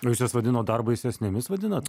ir jūs jas vadinat dar baisesnėmis vadinat